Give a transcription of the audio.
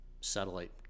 satellite